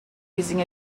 using